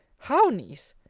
how, niece!